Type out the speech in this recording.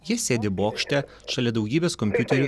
jie sėdi bokšte šalia daugybės kompiuterių